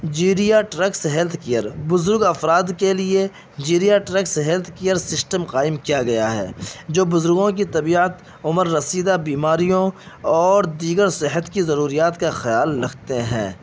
جیریا tricks health care بزرگ افراد کے لیے geriatrics health care system قائم کیا گیا ہے جو بزرگوں کی طبیعت عمر رسیدہ بیماریوں اور دیگر صحت کی ضروریات کا خیال رکھتے ہیں